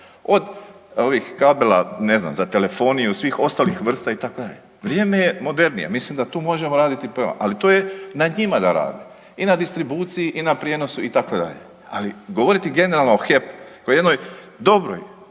ne znam za telefoniju, svih ostalih vrsta itd., vrijeme je modernije. Mislim da tu možemo raditi prava, ali to je na njima da rade i na distribuciji i na prijenosu itd., ali govoriti generalno o HEP-u kao o jednoj dobroj